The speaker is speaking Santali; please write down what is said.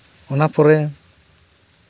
ᱚᱱᱟ ᱯᱚᱨᱮ